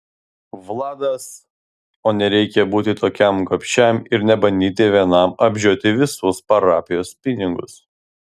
vladas o nereikia būti tokiam gobšiam ir nebandyti vienam apžioti visus parapijos pinigus